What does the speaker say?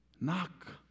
knock